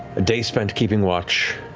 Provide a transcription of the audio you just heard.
a day spent keeping watch,